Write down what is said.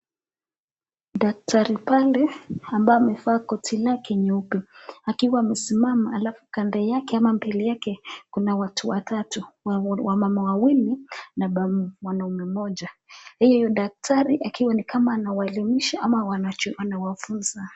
Daktari pande ambaye amevaa koti lake nyeupe, akiwa amesimama alafu kando yake ama mbele yake kuna watu watatu, wamama wawili na mwanaume mmoja. Huyo daktari akiwa ni kama anawaelimisha ama anawafunza.